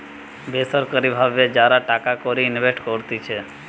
বেসরকারি ভাবে যারা টাকা কড়ি ইনভেস্ট করতিছে